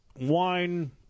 wine